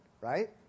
right